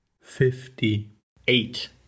Fifty-eight